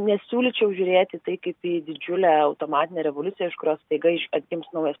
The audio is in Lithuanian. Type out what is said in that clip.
nesiūlyčiau žiūrėti tai kaip į didžiulę automatinę revoliuciją iš kurios staiga iš atgims naujas